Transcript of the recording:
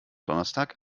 donnerstag